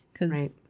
Right